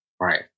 Right